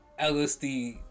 LSD